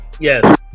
Yes